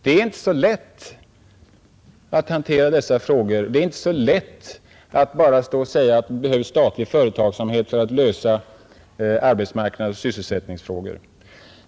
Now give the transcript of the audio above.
Det är inte så lätt att hantera dessa frågor, det är inte så lätt som att bara stå och säga att det behövs statlig företagsamhet för att lösa arbetsmarknadens sysselsättningsfrågor.